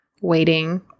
waiting